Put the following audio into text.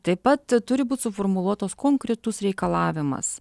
taip pat turi būt suformuluotas konkretus reikalavimas